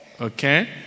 okay